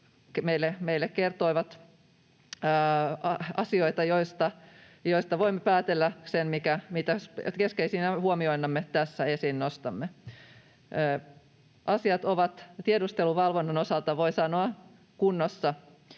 meille kertoivat asioita, joista voimme päätellä sen, mitä keskeisinä huomioina tässä esiin nostamme. Asiat ovat tiedusteluvalvonnan osalta, voi sanoa, kunnossa,